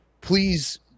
please